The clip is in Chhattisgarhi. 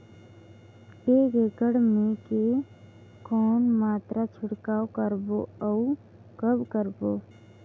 एक एकड़ मे के कौन मात्रा छिड़काव करबो अउ कब करबो?